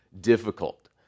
difficult